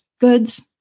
goods